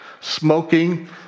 smoking